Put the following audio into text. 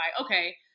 okay